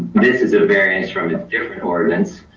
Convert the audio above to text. this is a variance from a different ordinance